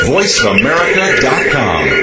VoiceAmerica.com